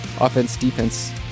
offense-defense